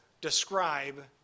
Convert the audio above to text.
describe